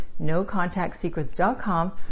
NoContactSecrets.com